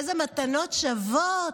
איזה מתנות שוות.